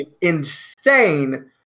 insane